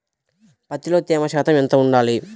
పత్తిలో తేమ శాతం ఎంత ఉండాలి?